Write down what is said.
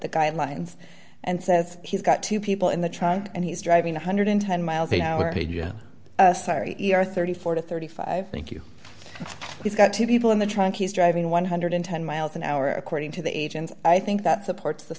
the guidelines and says he's got two people in the trunk and he's driving one hundred and ten miles an hour yeah sorry or thirty four to thirty five thank you he's got two people in the trunk he's driving one hundred and ten miles an hour according to the agent i think that supports the